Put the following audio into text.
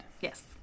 Yes